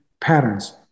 patterns